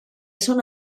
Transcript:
són